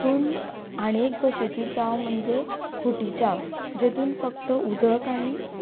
पूण आनी एक भशेची च्या म्हणजे खूटी च्या जातून फक्त उदक आनी